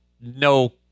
no